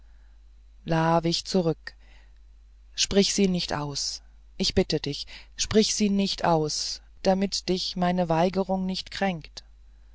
wich zurück sprich sie nicht aus ich bitte dich sprich sie nicht aus damit dich meine weigerung nicht kränkt